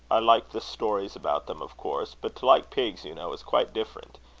i like the stories about them, of course. but to like pigs, you know, is quite different.